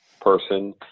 person